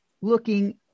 looking